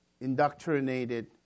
indoctrinated